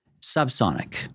subsonic